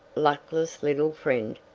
luckless little friend,